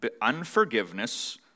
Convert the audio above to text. unforgiveness